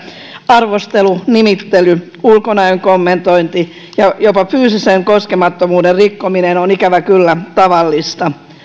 arvostelu nimittely ulkonäön kommentointi ja jopa fyysisen koskemattomuuden rikkominen on ikävä kyllä tavallista